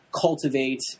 cultivate